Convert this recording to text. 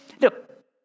Look